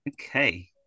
okay